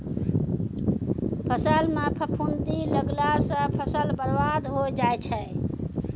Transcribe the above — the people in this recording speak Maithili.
फसल म फफूंदी लगला सँ फसल बर्बाद होय जाय छै